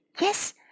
Yes